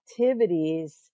activities